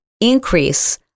increase